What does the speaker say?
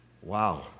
wow